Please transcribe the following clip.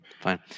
Fine